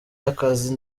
y’akazi